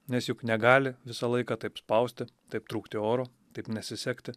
nes juk negali visą laiką taip spausti taip trūkti oro taip nesisekti